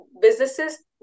businesses